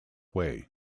way